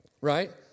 right